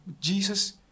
Jesus